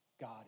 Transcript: God